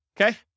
Okay